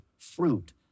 Fruit